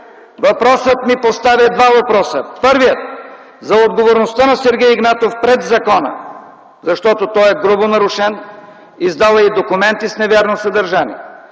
въпросът ми поставя два въпроса. Първият – за отговорността на Сергей Игнатов пред закона, защото той е грубо нарушен, издал е и документи с невярно съдържание.